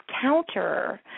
counter